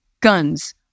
Guns